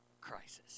crisis